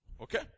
Okay